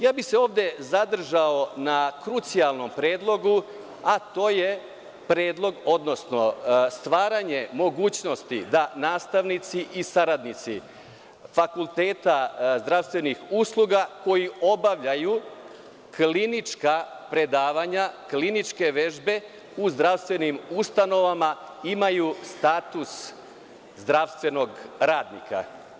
Ja bih se ovde zadržao na krucijalnom predlogu, a to je predlog, odnosno stvaranje mogućnosti da nastavnici i saradnici fakulteta zdravstvenih usluga koji obavljaju klinička predavanja, kliničke vežbe u zdravstvenim ustanovama imaju status zdravstvenog radnika.